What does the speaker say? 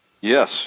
Yes